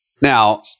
Now